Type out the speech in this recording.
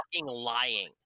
lying